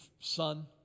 son